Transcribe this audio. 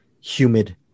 humid